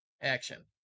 action